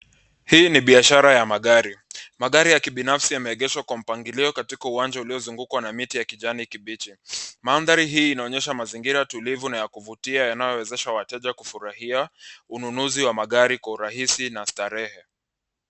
Hii ni biashara ya magari. Magari ya kibinafsi yameegeshwa kwa mpangilio katika uwanja uliozungukwa na miti ya kijani kibichi. Madhari hii inaonyesha mazingira tulivu na ya kuvutia yanayowezesha wateja kufurahia ununuzi wa magari kwa urahisi na starehe.